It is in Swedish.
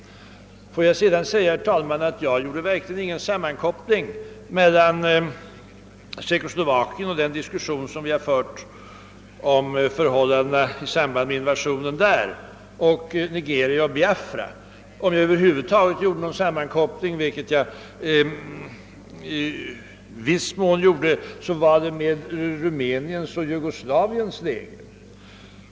Jag gjorde verkligen ingen sammankoppling mellan diskussionen om Tjeckoslovakien, som vi har fört om förhållandena i samband med invasionen där, och Nigeria samt Biafra. Om jag över huvud taget gjorde någon sammankoppling, vilket jag i viss mån gjorde, så var det mellan händelserna i Tjeckoslovakien och Rumäniens och Jugoslaviens läge.